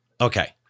Okay